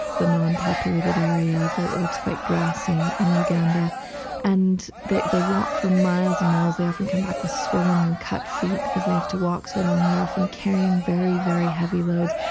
the non-populated area that's quite grassy in uganda and they they walk for miles and miles, they often come back with swollen, cut feet because they have to walk so long. they are often carrying very, very heavy loads.